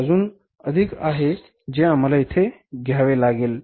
अजून अधिक आहे जे आम्हाला येथे घ्यावे लागेल